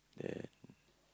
then